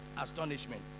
astonishment